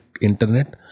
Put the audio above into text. internet